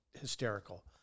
hysterical